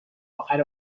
اخر